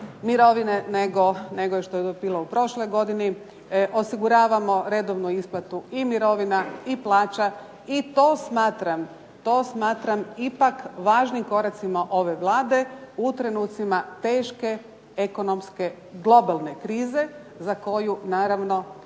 mirovine nego što je to bilo u prošloj godini. Osiguravamo redovnu isplatu i mirovina i plaća i to smatram ipak važnim koracima ove Vlade u trenucima teške ekonomske globalne krize za koju naravno